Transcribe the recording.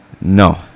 no